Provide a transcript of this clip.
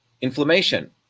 inflammation